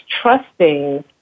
trusting